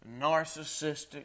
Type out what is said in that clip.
narcissistic